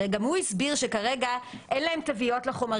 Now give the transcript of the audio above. הרי גם הוא הסביר שכרגע אין להם תוויות לחומרים